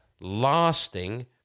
lasting